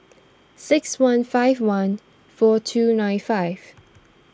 six one five one four two nine five